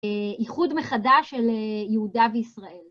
ייחוד מחדש של יהודה וישראל.